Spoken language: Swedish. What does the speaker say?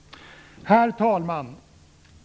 Herr talman!